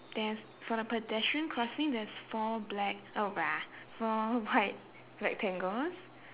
there's for the pedestrian crossing there's four black oh four white rectangles